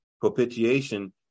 propitiation